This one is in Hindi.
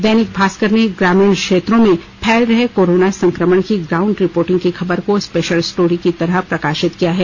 दैनिक भास्कर ने ग्रामीण क्षेत्रों में फैल रहे कोरोना संक्रमण की ग्राउंड रिपोर्टिंग की खबर को स्पेशल स्टोरी की तरह प्रकाशित किया है